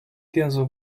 电子